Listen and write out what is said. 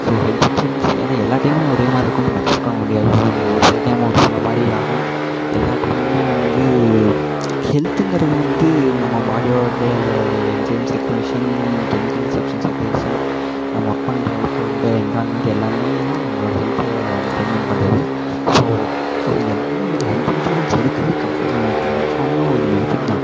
so health insurance ஏன்னா எல்லா டைமும் ஒரே மாதிரி இருக்குன்னு நம்ம எக்ஸ்பெக்ட் பண்ண முடியாது அது மாதிரி ஒரு சில டைம் ஒரு சில மாதிரி ஆகும் எல்லா டைமுமே வந்து ஹெல்த்துங்கறது வந்து நம்ம பாடியோட என்சைம் கெமிக்கள் சர்க்குலேஷன் நம்ம ஒர்க் பண்ணுற இடத்தோட என்விரான்மெண்ட் எல்லாமுமே தான் நம்மளோட ஹெல்த்தை டிட்டெர்மெயிண்ட் பண்ணுறது ஸோ ஸோ எல்லாருமே ஒரு ஹெல்த் இன்சூரன்ஸ் இருக்கிறது கம்போ கன்ஃபார்மாக ஒரு பெனிஃபிட் தான்